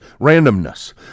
randomness